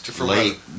Late